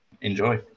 enjoy